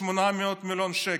800 מיליון שקלים,